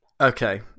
okay